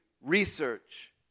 research